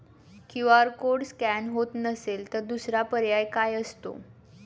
QR code scan होत नसेल तर दुसरा पर्याय काय असतो?